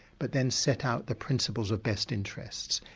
but then sets out the principles of best interest.